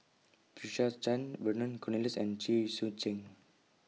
Patricia Chan Vernon Cornelius and Chen Sucheng